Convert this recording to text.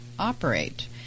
operate